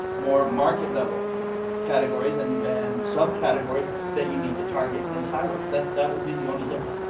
more market level categories and and subcategories that you need to target and silo that that would be the only difference.